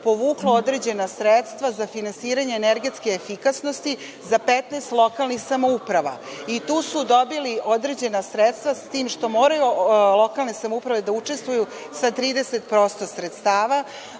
povuklo određena sredstva za finansiranje energetske efikasnosti za 15 lokalnih samouprava. Tu su dobili određena sredstva, s tim što lokalne samouprave moraju da učestvuju sa 30% sredstava,